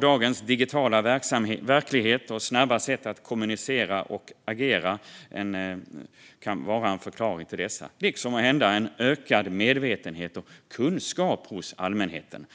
Dagens digitala verklighet och snabba sätt att kommunicera och agera kan vara en förklaring till detta, liksom måhända ökad medvetenhet och kunskap hos allmänheten.